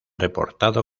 reportado